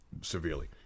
severely